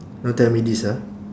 don't tell me this ah